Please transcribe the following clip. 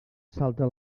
salta